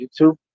YouTube